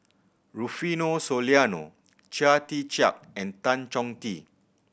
Rufino Soliano Chia Tee Chiak and Tan Chong Tee